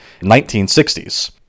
1960s